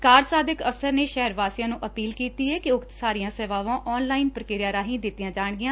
ਕਾਰਜ ਸਾਧਕ ਅਫਸਰ ਨੇ ਸ਼ਹਿਰ ਵਾਸੀਆਂ ਨੂੰ ਅਪੀਲ ਕੀਤੀ ਏ ਕਿ ਉਕਤ ਸਾਰੀਆਂ ਸੇਵਾਵਾਂ ਆਨ ਲਾਈਨ ਪ੍ਰਕਿਰਿਆ ਰਾਹੀਂ ਦਿੱਤੀਆਂ ਜਾਣਗੀਆਂ